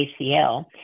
ACL